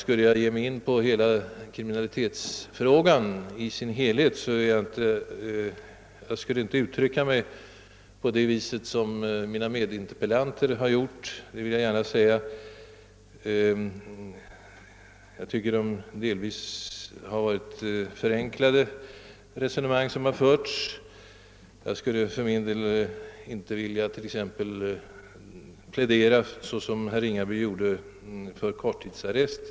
Jag vill gärna nu säga att jag, om jag skulle ta upp kriminalitetsfrågan i dess helhet, inte skulle uttrycka mig på det sätt som mina medinterpellanter gjort. Jag tycker att de resonemang som de fört delvis varit förenklade. Jag skulle för min del t.ex. inte, såsom herr Ringaby gjorde, plädera för korttidsarrest.